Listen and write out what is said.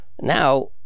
Now